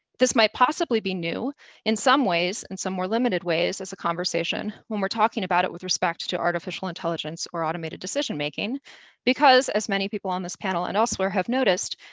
this might possibly be new in some ways, in some more limited ways as a conversation, when we're talking about it with respect to artificial intelligence or automated decision making because, as many people on this panel and elsewhere have noticed,